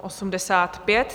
85.